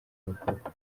bikorwa